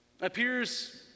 appears